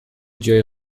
جای